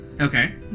Okay